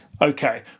Okay